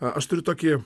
aš turiu tokį